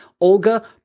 Olga